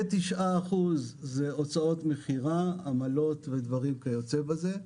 כ-9% זה הוצאות מכירה, עמלות ודברים כיוצא בזה.